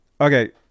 Okay